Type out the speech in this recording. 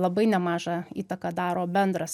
labai nemažą įtaką daro bendras